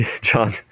John